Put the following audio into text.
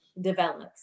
develops